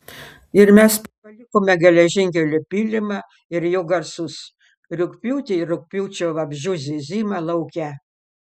ir mes palikome geležinkelio pylimą ir jo garsus rugpjūtį ir rugpjūčio vabzdžių zyzimą lauke